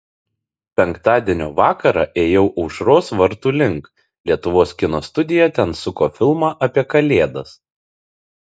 penktadienio vakarą ėjau aušros vartų link lietuvos kino studija ten suko filmą apie kalėdas